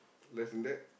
less than that